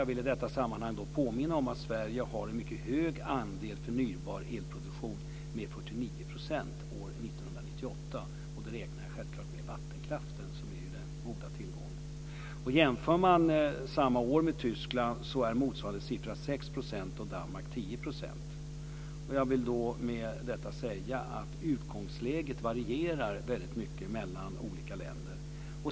Jag vill i detta sammanhang påminna om att Sverige har en mycket hög andel förnybar elproduktion. Den utgjorde 49 % år 1998. Då räknar jag självklart med vattenkraften, som ju ger den goda tillgången. Jämför man samma år är motsvarande siffra för Tyskland 6 % och för Jag vill med detta säga att utgångsläget varierar väldigt mycket mellan olika länder.